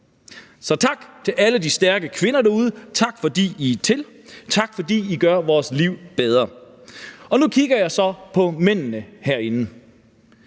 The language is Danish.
Så tak til alle de stærke kvinder derude. Tak, fordi I er til, tak, fordi I gør vores liv bedre. Og nu kigger jeg så på mændene herinde: